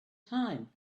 time